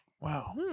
Wow